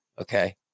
Okay